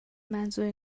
منظور